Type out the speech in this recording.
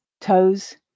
toes